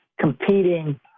competing